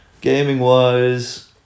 gaming-wise